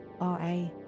RA